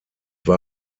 war